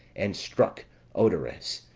and struck odares,